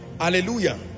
Hallelujah